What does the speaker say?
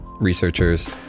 Researchers